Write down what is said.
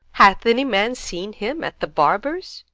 hath any man seen him at the barber's?